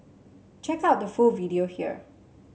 check out the full video here